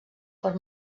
per